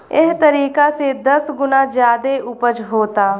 एह तरीका से दस गुना ज्यादे ऊपज होता